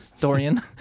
Dorian